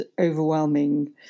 overwhelming